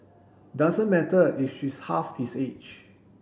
doesn't matter if she's half his age